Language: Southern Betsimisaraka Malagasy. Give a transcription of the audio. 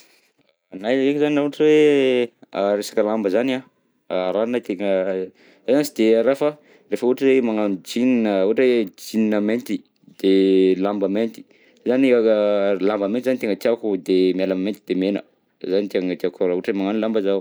Ny ahy ndreky zany na ohatra hoe resaka lamba zany an, rahana tegna, zaho zany tsy de araha fa rehefa ohatra hoe magnano jean, ohatra hoe jean mainty, de lamba mainty, zay zany aka a lamba mainty zany tegna tiako, miala amin'ny mainty de mena, zay no tegna tiako raha ohatra hoe magnano lamba zaho.